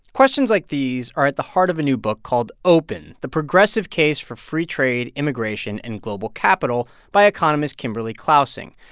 questions like these are at the heart of a new book called open the progressive case for free trade, immigration, and global capital by economist kimberly clausing.